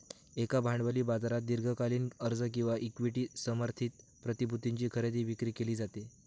एका भांडवली बाजारात दीर्घकालीन कर्ज किंवा इक्विटी समर्थित प्रतिभूतींची खरेदी विक्री केली जाते